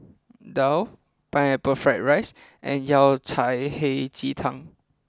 Daal Pineapple Fried Rice and Yao Cai Hei Ji Tang